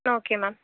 okay ma'am